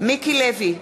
מיקי לוי,